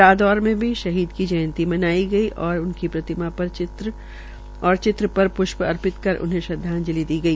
रादौर में भी शहीद की जयंती मनाई गई और उनकी प्रतिमा व चित्र पर प्ष्प अर्पित कर उन्हें श्रदवाजंत्रि दी गई